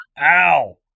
ow